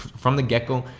from the getgo.